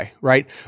right